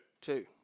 Two